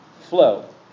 flow